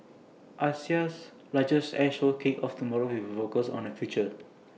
Asia's largest air show kicks off tomorrow with focus on the future